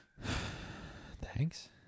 Thanks